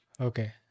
Okay